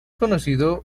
conocido